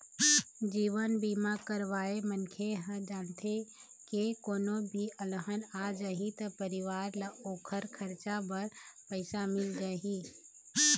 जीवन बीमा करवाए मनखे ह जानथे के कोनो भी अलहन आ जाही त परिवार ल ओखर खरचा बर पइसा मिल जाही